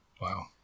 Wow